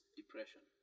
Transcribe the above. depression